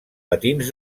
patins